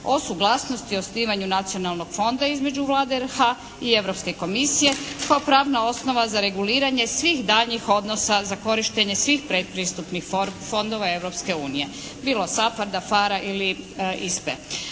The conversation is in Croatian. o suglasnosti o osnivanju Nacionalnog fonda između Vlade RH i Europske komisije kao pravna osnova za reguliranje svih daljnjih odnosa za korištenje svih predpristupnih fondova Europske unije bilo SAPARD-a, PHARE-a ili ISPA-e